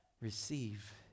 receive